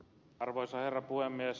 arvoisa herra puhemies